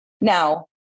Now